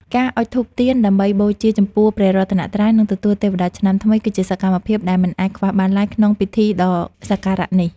ការអុជធូបទៀនដើម្បីបូជាចំពោះព្រះរតនត្រ័យ និងទទួលទេវតាឆ្នាំថ្មី គឺជាសកម្មភាពដែលមិនអាចខ្វះបានឡើយក្នុងពិធីដ៏សក្ការៈនេះ។